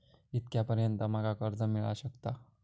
कितक्या पर्यंत माका कर्ज मिला शकता?